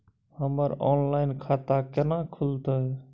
हमर ऑनलाइन खाता केना खुलते?